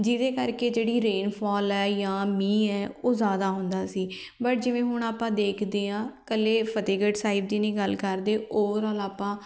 ਜਿਹਦੇ ਕਰਕੇ ਜਿਹੜੀ ਰੇਨਫੋਲ ਹੈ ਜਾਂ ਮੀਂਹ ਉਹ ਜ਼ਿਆਦਾ ਹੁੰਦਾ ਸੀ ਬਟ ਜਿਵੇਂ ਹੁਣ ਆਪਾਂ ਦੇਖਦੇ ਹਾਂ ਇਕੱਲੇ ਫਤਿਹਗੜ੍ਹ ਸਾਹਿਬ ਦੀ ਨਹੀਂ ਗੱਲ ਕਰਦੇ ਓਵਰਆਲ ਆਪਾਂ